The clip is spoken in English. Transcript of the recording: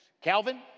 Calvin